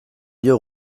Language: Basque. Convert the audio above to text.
dio